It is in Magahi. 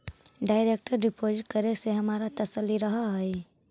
डायरेक्ट डिपॉजिट करे से हमारा तसल्ली रहअ हई